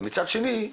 ומצד שני,